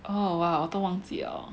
oh !wow! 都忘记了